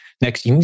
Next